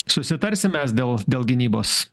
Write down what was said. susitarsim mes dėl dėl gynybos